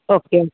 okay